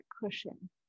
cushion